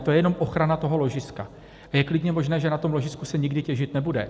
To je jenom ochrana toho ložiska a je klidně možné, že na tom ložisku se nikdy těžit nebude.